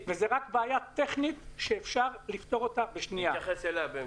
אנשי המקצוע,